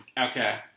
Okay